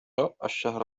الشهر